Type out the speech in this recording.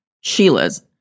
Sheila's